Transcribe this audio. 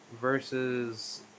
versus